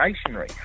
stationary